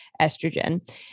estrogen